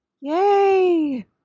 Yay